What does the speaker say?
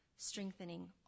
Strengthening